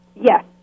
Yes